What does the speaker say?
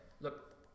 look